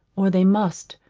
or they must,